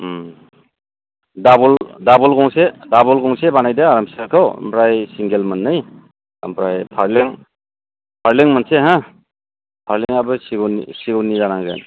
दाबोल गंसे बानायदो बिसनाखौ ओमफ्राय सिंगेल मोननै ओमफ्राय फालें मोनसे हो फालेंआबो सिगुननि जानांगोन